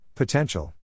Potential